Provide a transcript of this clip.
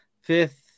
fifth